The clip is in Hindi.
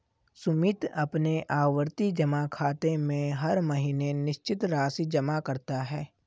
सुमित अपने आवर्ती जमा खाते में हर महीने निश्चित राशि जमा करता है